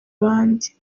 abandi